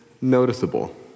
noticeable